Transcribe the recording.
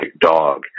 dog